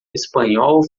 espanhol